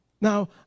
now